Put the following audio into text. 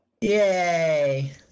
Yay